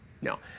no